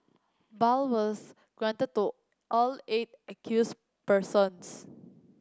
bail was granted to all eight accused persons